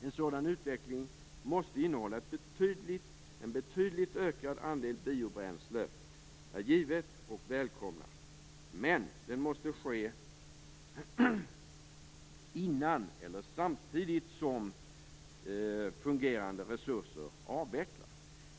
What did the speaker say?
En sådan utveckling måste innebära en betydligt ökad andel biobränsle. Det är givet, och det välkomnas. Men det måste ske innan eller samtidigt som fungerande resurser avvecklas.